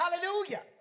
Hallelujah